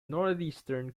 northeastern